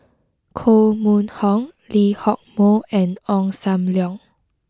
Koh Mun Hong Lee Hock Moh and Ong Sam Leong